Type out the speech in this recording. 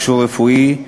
מכשור רפואי,